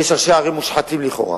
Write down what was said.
יש ראשי ערים מושחתים לכאורה.